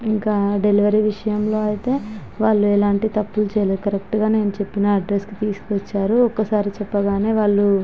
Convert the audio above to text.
ఇంకా డెలివరీ విషయంలో అయితే వాళ్ళు ఎలాంటి తప్పులు చేయలేదు కరెక్టుగానే నేను చెప్పిన అడ్రస్కి తీసుకువచ్చారు ఒక్కసారి చెప్పగానే వాళ్ళు